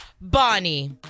bonnie